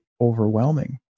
overwhelming